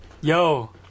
Yo